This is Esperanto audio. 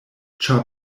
ĉar